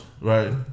right